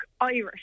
Irish